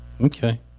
Okay